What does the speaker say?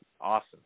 awesome